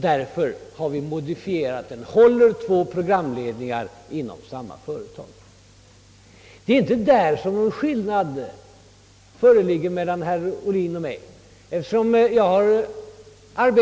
Det är emellertid inte på den punkten som det föreligger en principiell skill nad mellan herr Ohlins uppfattning och min.